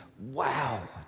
Wow